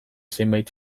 zenbait